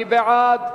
מי בעד?